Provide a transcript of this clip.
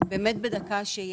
באמת בדקה שיש,